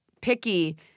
picky